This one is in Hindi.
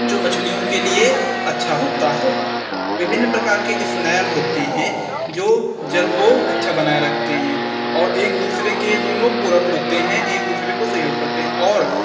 जो मछलियों के लिए अच्छा होता है विभिन्न प्रकार के स्नेल होते हैं जो जल को अच्छा बनाए रखते हैं और एक दूसरे के दोनों पूरक होते हैं एक दूसरे को सहयोग करते हैं और